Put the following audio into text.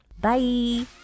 bye